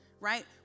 right